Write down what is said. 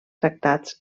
tractats